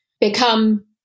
become